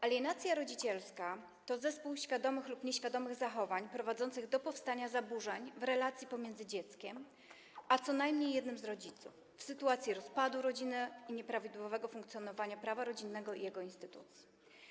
Alienacja rodzicielska to zespół świadomych lub nieświadomych zachowań prowadzących do powstania zaburzeń w relacji pomiędzy dzieckiem a co najmniej jednym z rodziców w sytuacji rozpadu rodziny i nieprawidłowego funkcjonowania prawa rodzinnego i jego instytucji.